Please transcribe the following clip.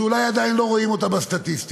שאולי עדיין לא רואים אותה בסטטיסטיקות,